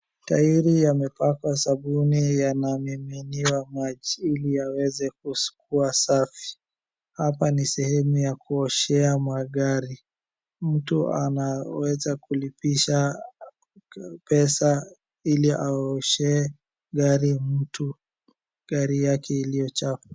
taili yamepakwa sabuni yanamiminiwa maji yaweze kuwa safi hapa ni sehemu ya kuoshea magari mtu anaweza kulipia pesa aoshewe gari yake gari iliyo chafu